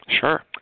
Sure